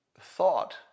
thought